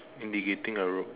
indicating a road